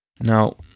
Now